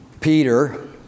Peter